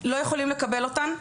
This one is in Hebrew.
לא יכולים לקבל אותן,